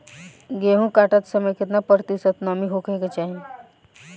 गेहूँ काटत समय केतना प्रतिशत नमी होखे के चाहीं?